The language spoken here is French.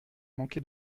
manquait